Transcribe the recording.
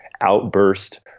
Outburst